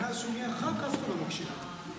מאז שהוא נהיה ח"כ אף אחד לא מקשיב לנו.